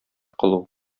кылу